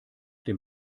dem